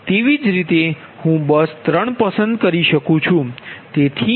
તેવી જ રીતે હું બસ 3 પસંદ કરી શકું છું